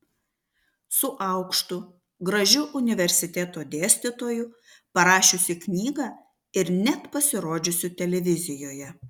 su aukštu gražiu universiteto dėstytoju parašiusiu knygą ir net pasirodžiusiu televizijoje